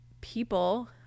people